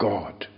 God